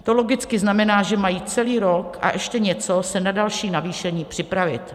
To logicky znamená, že mají celý rok a ještě něco se na další navýšení připravit.